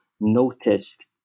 noticed